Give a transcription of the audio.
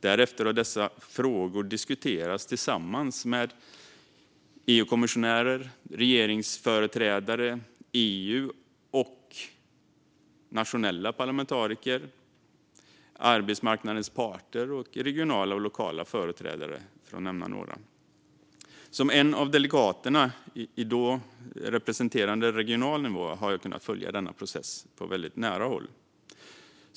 Därefter har dessa frågor diskuterats tillsammans med EU-kommissionärer, regeringsföreträdare, EU-parlamentariker och nationella parlamentariker, arbetsmarknadens parter samt regionala och lokala företrädare, för att nämna några. Som en av delegaterna, då representerande regional nivå, har jag kunnat följa denna process på väldigt nära håll.